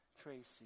Tracy